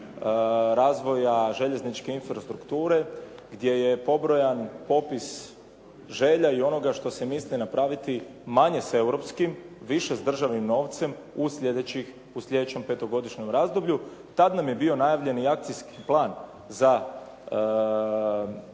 razvoja željezničke infrastrukture gdje je pobrojan popis želja i onoga što se misli napraviti, manje s europskim, više s državnim novcem u sljedećem petogodišnjem razdoblju. Tad nam je bio najavljen i akcijski plan za